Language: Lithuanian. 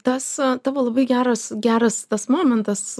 tas tavo labai geras geras tas momentas